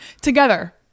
together